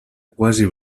quasi